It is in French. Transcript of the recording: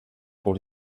pour